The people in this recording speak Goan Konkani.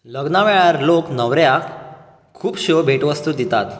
लग्ना वेळार लोक न्हवऱ्याक खुबश्यो भेट वस्तू दितात